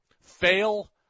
fail